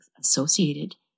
associated